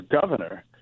governor